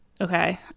okay